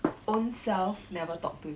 ownself never talk to